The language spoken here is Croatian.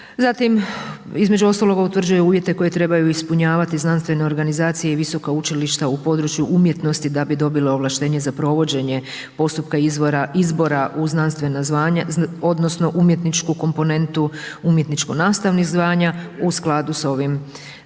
Zatim između ostalog utvrđuje uvjete koje trebaju ispunjavati znanstvene organizacije i visoka učilišta u području umjetnosti da bi dobile ovlaštenje za provođenje postupka izbora u znanstvena zvanja odnosno umjetničku komponentu umjetničko nastavnih zvanja u skladu s ovim dakle